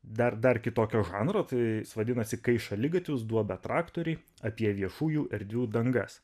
dar dar kitokio žanro tai vadinasi kai šaligatvius duobę traktoriai apie viešųjų erdvių dangas